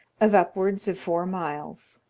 of upwards of four miles,